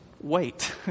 wait